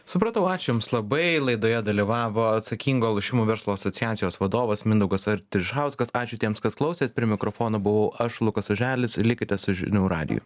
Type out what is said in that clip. supratau ačiū jums labai laidoje dalyvavo atsakingo lošimų verslo asociacijos vadovas mindaugas artišauskas ačiū tiems kas klausės prie mikrofono buvau aš lukas oželis likite su žinių radiju